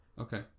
Okay